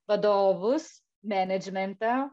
vadovus menedžmente